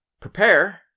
prepare